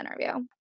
interview